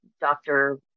doctor